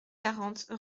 quarante